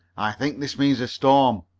i think this means a storm,